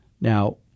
Now